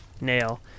nail